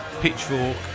Pitchfork